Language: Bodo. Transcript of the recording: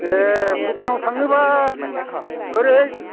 ए भुटानाव थांनोबा ओरैहाय